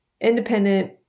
independent